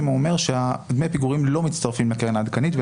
שדמי הפיגורים לא מצטרפים לקרן העדכנית.